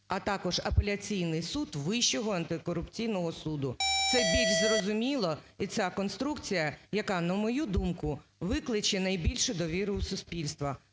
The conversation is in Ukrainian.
а також апеляційний суд Вищого антикорупційного суду. Це більш зрозуміло, і ця конструкція, яка, на мою думку, викличе найбільшу довіру у суспільства.